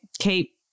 keep